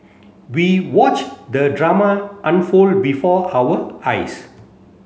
we watch the drama unfold before our eyes